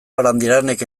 barandiaranek